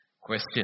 Question